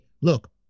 look